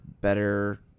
better